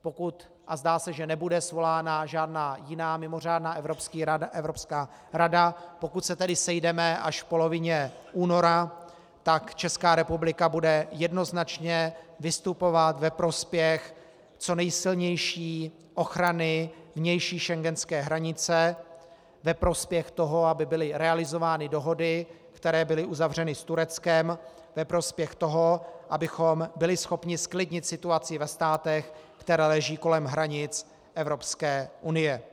Pokud a zdá se, že nebude svolána žádná jiná mimořádná Evropská rada pokud se tedy sejdeme až v polovině února, tak Česká republika bude jednoznačně vystupovat ve prospěch co nejsilnější ochrany vnější schengenské hranice, ve prospěch toho, aby byly realizovány dohody, které byly uzavřeny s Tureckem, ve prospěch toho, abychom byli schopni zklidnit situaci ve státech, které leží kolem hranic Evropské unie.